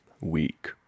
week